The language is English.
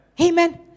Amen